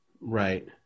Right